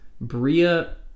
Bria